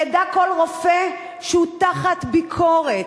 יֵדע כל רופא שהוא תחת ביקורת,